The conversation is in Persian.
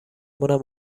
مونم